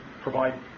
provide